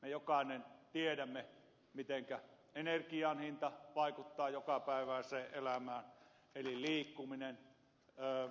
me jokainen tiedämme mitenkä energian hinta vaikuttaa jokapäiväiseen elämään liikkumiseen